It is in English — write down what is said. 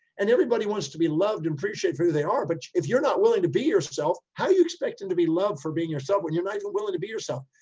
and everybody wants to be loved and appreciated for who they are. but if you're not willing to be yourself, how are you expecting to be loved for being yourself when you're not even willing to be yourself?